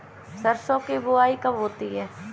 सरसों की बुआई कब होती है?